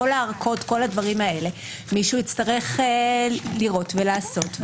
כל הארכות וכו' מישהו יצטרך לראות ולעשות,